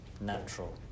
Natural